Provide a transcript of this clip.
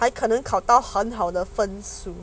还可能考到很好的分数